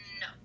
no